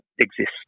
exist